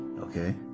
okay